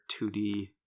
2D